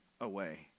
away